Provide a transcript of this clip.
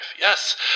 Yes